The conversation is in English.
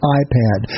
iPad